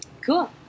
Cool